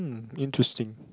interesting